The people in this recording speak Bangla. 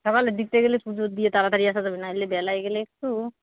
সকালের দিকটায় গেলে পুজো দিয়ে তাড়াতাড়ি আসা যাবে নাইলে বেলায় গেলে একটু